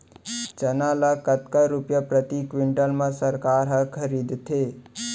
चना ल कतका रुपिया प्रति क्विंटल म सरकार ह खरीदथे?